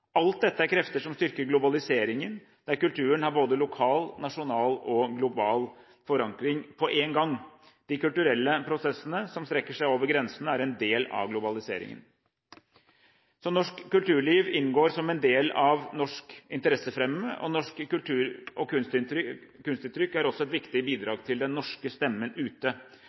Alt dette er krefter som styrker globaliseringen – der kulturen har både lokal, nasjonal og global forankring på én gang. De kulturelle prosessene som strekker seg over grensene, er en del av globaliseringen. Norsk kulturliv inngår som en del av norske interesser. Norsk kultur og norske kunstuttrykk er også et viktig bidrag til den norske stemmen ute.